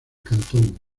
cantón